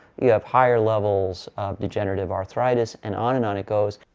you have higher levels degenerative arthritis and on and on it goes.